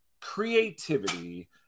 creativity